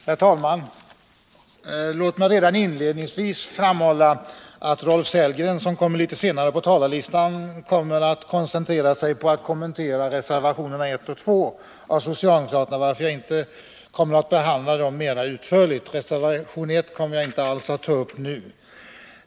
Herr talman! Låt mig redan inledningsvis framhålla att Rolf Sellgren i sitt anförande kommer att koncentrera sig på reservationerna 1 och 2 av socialdemokraterna. Jag kommer därför inte att behandla dessa reservationer mer utförligt. Reservation I kommer jag inte alls att ta upp nu.